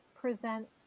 present